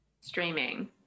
streaming